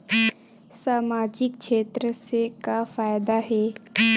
सामजिक क्षेत्र से का फ़ायदा हे?